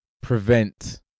prevent